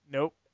Nope